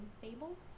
Fables